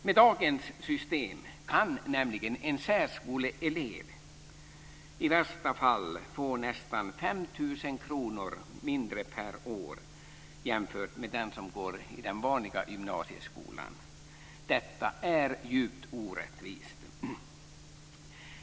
Med dagens system kan nämligen en särskoleelev i värsta fall få nästan 5 000 kr mindre per år jämfört med den som går i den vanliga gymnasieskolan. Detta är djupt orättvist.